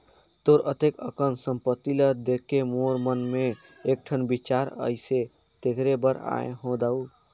तोर अतेक अकन संपत्ति ल देखके मोर मन मे एकठन बिचार आइसे तेखरे बर आये हो दाऊ